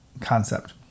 concept